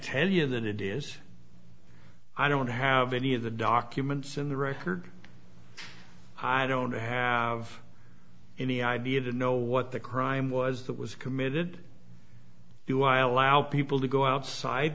tell you that it is i don't have any of the documents in the record i don't have any idea the know what the crime was that was committed do i allow people to go outside